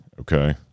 okay